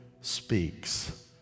speaks